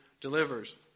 delivers